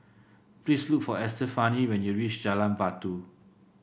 please look for Estefany when you reach Jalan Batu